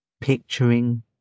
picturing